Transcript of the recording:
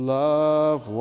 love